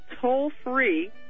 toll-free